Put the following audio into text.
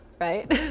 right